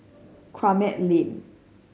Kramat Lane